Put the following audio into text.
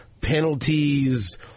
Penalties